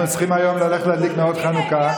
אנחנו צריכים היום ללכת להדליק נרות חנוכה.